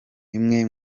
imwe